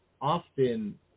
often